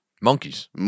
Monkeys